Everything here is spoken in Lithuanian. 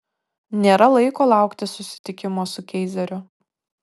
nėra laiko laukti susitikimo su keizeriu